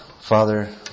Father